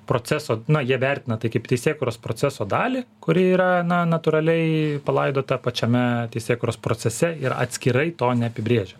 proceso na jie vertina tai kaip teisėkūros proceso dalį kuri yra na natūraliai palaidota pačiame teisėkūros procese ir atskirai to neapibrėžia